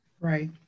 Right